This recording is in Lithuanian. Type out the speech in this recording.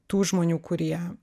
tų žmonių kurie